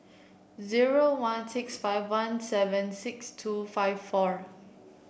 zero one six five one seven six two five four